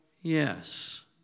yes